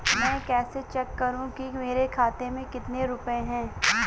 मैं कैसे चेक करूं कि मेरे खाते में कितने रुपए हैं?